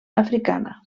africana